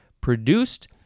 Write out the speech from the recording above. produced